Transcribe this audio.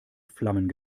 flammen